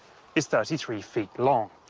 is thirty three feet long.